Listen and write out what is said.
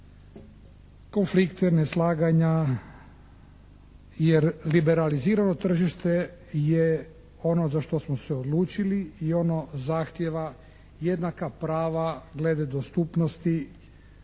konflikte neslaganja jer liberalizirano tržište je ono za što smo se odlučili i ono zahtijeva jednaka prava glede dostupnosti